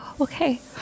Okay